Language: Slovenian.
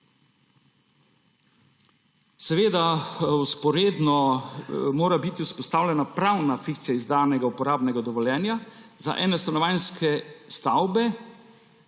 2005. Vzporedno mora biti seveda vzpostavljena pravna fikcija izdanega uporabnega dovoljenja za enostanovanjske stavbe,